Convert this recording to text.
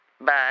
Bye